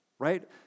right